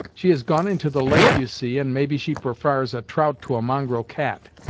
she has gone into the lake, you see, and maybe she prefars a trout to a mongrel cat.